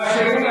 אבל,